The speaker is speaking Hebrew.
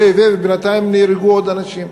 ובינתיים נהרגו עוד אנשים?